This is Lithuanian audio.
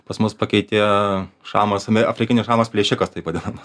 pas mus pakeitė šamas afrikinis šamas plėšikas taip vadinamas